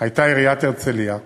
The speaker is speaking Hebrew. הייתה עיריית הרצלייה.